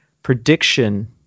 prediction